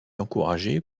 encouragée